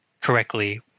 correctly